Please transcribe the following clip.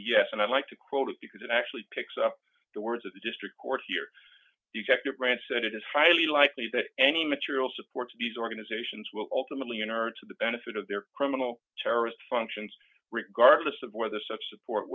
yes and i'd like to quote it because it actually picks up the words of the district court here you checked it rand said it is highly likely that any material supports these organizations will ultimately inert to the benefit of their criminal terrorist functions regardless of whether such support